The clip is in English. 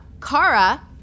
Kara